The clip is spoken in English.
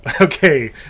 okay